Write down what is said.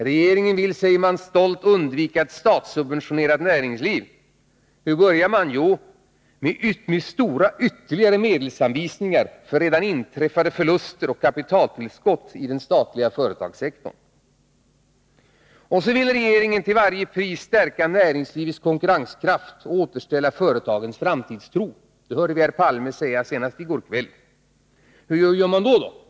Regeringen vill, säger man stolt, undvika ett statssubventionerat näringsliv. Hur börjar man? Jo, det gör man ”med stora ytterligare medelsanvisningar för redan inträffade förluster och kapitaltillskott i den statliga företagssektorn”. Och så vil! regeringen till varje pris stärka näringslivets konkurrenskraft och återställa företagens framtidstro. Det hörde vi herr Palme säga senast i går kväll. Hur gör man då?